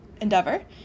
endeavor